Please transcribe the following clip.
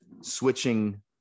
switching